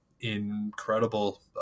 incredible